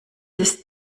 ist